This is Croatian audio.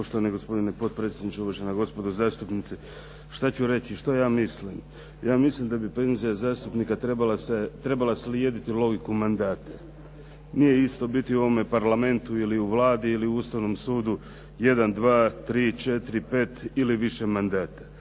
gospodine potpredsjedniče, uvažena gospodo zastupnici. Šta ću reći? Šta ja mislim? Ja mislim da bi penzija zastupnika trebala slijediti logiku mandata. Nije isto biti u ovome parlamentu, Vladi ili Ustavnom sudu jedan, dva, tri, četiri, pet ili više mandata